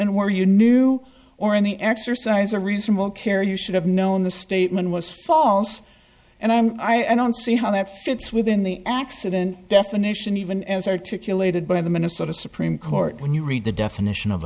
where you knew or in the exercise a reasonable care you should have known the statement was false and i'm i don't see how that fits within the accident definition even as articulated by the minnesota supreme court when you read the definition of